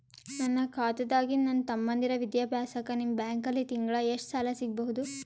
ನನ್ನ ಖಾತಾದಾಗಿಂದ ನನ್ನ ತಮ್ಮಂದಿರ ವಿದ್ಯಾಭ್ಯಾಸಕ್ಕ ನಿಮ್ಮ ಬ್ಯಾಂಕಲ್ಲಿ ತಿಂಗಳ ಎಷ್ಟು ಸಾಲ ಸಿಗಬಹುದು?